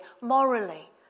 morally